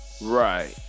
right